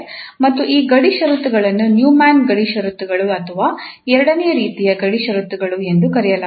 ಮತ್ತು ಈ ಗಡಿ ಷರತ್ತುಗಳನ್ನು ನ್ಯೂಮನ್ ಗಡಿ ಷರತ್ತುಗಳು ಅಥವಾ ಎರಡನೇ ರೀತಿಯ ಗಡಿ ಷರತ್ತುಗಳು ಎಂದು ಕರೆಯಲಾಗುತ್ತದೆ